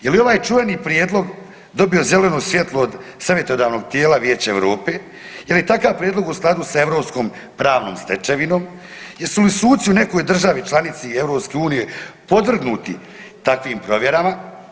Je li ovaj čuveni prijedlog dobio zeleno svjetlo od savjetodavnog tijela Vijeća Europe, je li takav prijedlog u skladu sa europskom pravnom stečevinom, jesu li suci u nekoj državi članici EU podvrgnuti takvim provjerama.